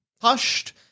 hushed